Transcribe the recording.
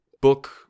book